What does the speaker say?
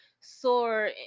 soar